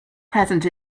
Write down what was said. present